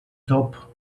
top